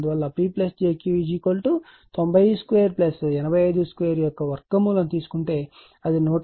అందువల్ల P j Q 90 2 85 2 యొక్క వర్గమూలం తీసుకుంటే అది 123